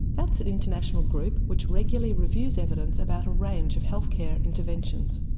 that's an international group which regularly reviews evidence about a range of health care interventions.